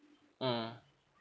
mm